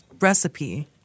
recipe